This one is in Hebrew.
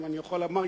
ואם אני יכול לומר,